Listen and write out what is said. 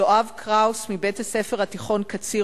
יואב קראוס מבית-הספר התיכון "קציר",